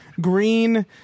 green